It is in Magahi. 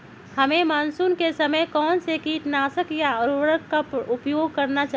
हमें मानसून के समय कौन से किटनाशक या उर्वरक का उपयोग करना चाहिए?